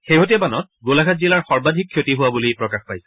শেহতীয়া বানত গোলাঘাট জিলাৰ সৰ্বাধিক ক্ষতি হোৱা বুলি প্ৰকাশ পাইছে